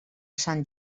sant